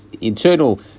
internal